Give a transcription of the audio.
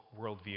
worldview